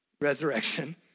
resurrection